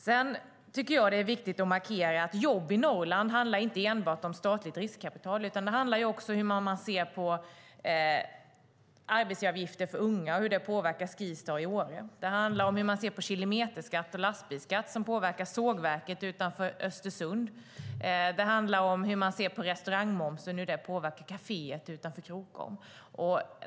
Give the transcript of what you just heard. Sedan är det också viktigt att markera att jobb i Norrland inte enbart handlar om statligt riskkapital, utan det handlar ju också om att man ser hur arbetsgivaravgifter för unga påverkar Skistar i Åre. Det handlar om hur man ser på kilometerskatt och lastbilsskatt som påverkar sågverket utanför Östersund. Det handlar om hur restaurangmomsen påverkar kaféet utanför Krokom.